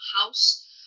house